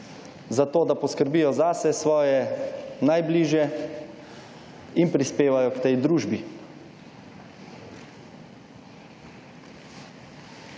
za to, da poskrbijo zase, svoje najbližje in prispevajo k tej družbi.